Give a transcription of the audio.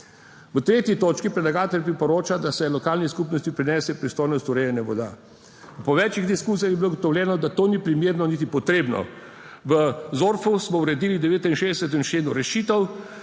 V 3. točki predlagatelj priporoča, da se lokalni skupnosti prenese pristojnost urejanja voda. Po večih diskusijah je bilo ugotovljeno, da to ni primerno niti potrebno. V ZORFU smo uredili v 69. členu rešitev,